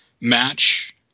match